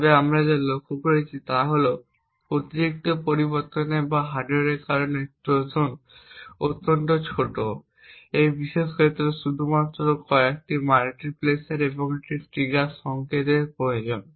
তবে আমরা যা লক্ষ্য করেছি তা হল অতিরিক্ত পরিবর্তনগুলি হার্ডওয়্যারের কারণে ট্রোজান অত্যন্ত ছোট এই বিশেষ ক্ষেত্রে শুধুমাত্র কয়েকটি মাল্টিপ্লেক্সার এবং একটি ট্রিগার সংকেত প্রয়োজন